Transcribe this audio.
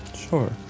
Sure